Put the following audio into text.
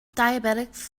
diabetics